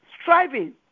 Striving